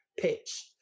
pitch